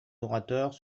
orateurs